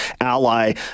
ally